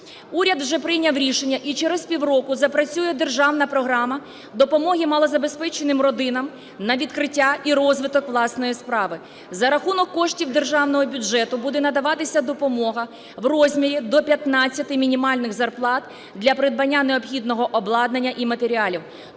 Уряд вже прийняв рішення і через півроку запрацює державна програма допомоги малозабезпеченим родинам на відкриття і розвиток власної справи. За рахунок коштів державного бюджету буде надаватися допомога в розмірі до 15 мінімальних зарплат для придбання необхідного обладнання і матеріалів.